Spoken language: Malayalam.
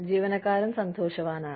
ജീവനക്കാരൻ സന്തോഷവാനാണ്